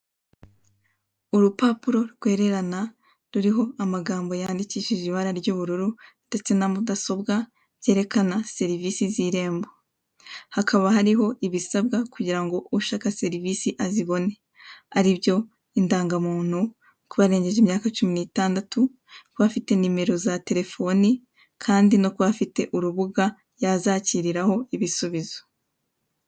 Urupapuro rwererana ruriho amagambo yandikishije ibara ry'ubururu, ndetse na mudasobwa byerekana serivisi z'irembo. Hakaba hariho ibisabwa kugira ngo ushaka serivisi azibone aribyo : indangamuntu, kuba arengeje imyaka cumi n' itandatu, kuba afite nimero za telefone kandi no kuba afite urubuga yazakiriraho ibisubizo.